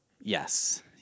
Yes